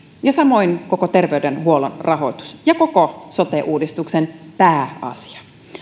samoin koko terveydenhuollon rahoitus ja koko sote uudistuksen pääasia